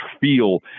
feel